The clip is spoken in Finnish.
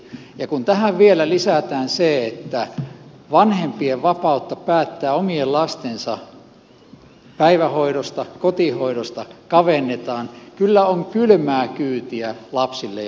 ja kun tähän vielä lisätään se että vanhempien vapautta päättää omien lastensa päivähoidosta kotihoidosta kavennetaan kyllä on kylmää kyytiä lapsille ja lapsiperheille